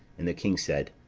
and the king said,